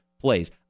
plays